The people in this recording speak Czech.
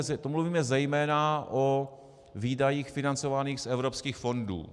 A to mluvíme zejména o výdajích financovaných z evropských fondů.